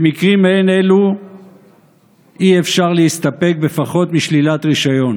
במקרים מעין אלו אי-אפשר להסתפק בפחות משלילת רישיון.